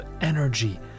energy